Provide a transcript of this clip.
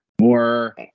more